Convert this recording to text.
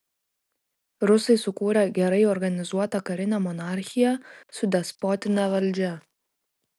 rusai sukūrė gerai organizuotą karinę monarchiją su despotine valdžia